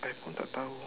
I pun tak tahu